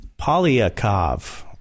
Polyakov